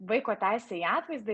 vaiko teisė į atvaizdą